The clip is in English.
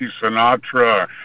Sinatra